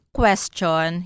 question